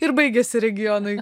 ir baigiasi regionai